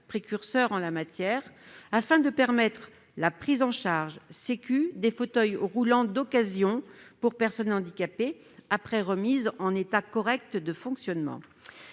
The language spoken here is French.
précurseur en la matière -et visait à permettre la prise en charge par la sécurité sociale des fauteuils roulants d'occasion pour personnes handicapées, après remise en état correct de fonctionnement.